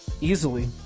easily